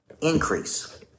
increase